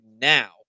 now